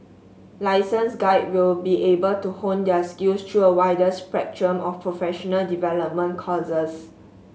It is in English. license guides will be able to hone their skills through a wider spectrum of professional development courses